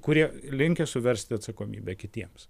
kurie linkę suversti atsakomybę kitiems